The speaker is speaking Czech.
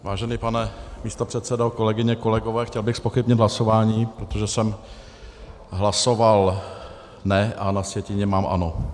Vážený pane místopředsedo, kolegyně, kolegové, chtěl bych zpochybnit hlasování, protože jsem hlasoval ne, a na sjetině mám ano.